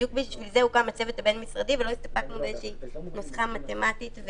בדיוק בשביל זה הוקם הצוות הבין-משרדי ולא הסתפקנו בנוסחה מתמטית.